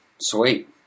Sweet